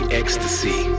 ecstasy